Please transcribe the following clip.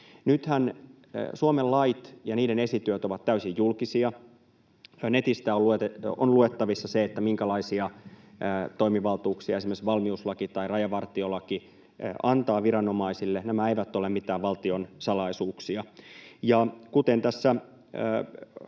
Nythän Suomen lait ja niiden esityöt ovat täysin julkisia. Netistä on luettavissa se, minkälaisia toimivaltuuksia esimerkiksi valmiuslaki tai rajavartiolaki antavat viranomaisille. Nämä eivät ole mitään valtionsalaisuuksia. Kuten tässä